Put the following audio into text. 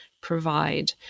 provide